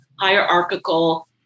hierarchical